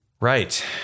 Right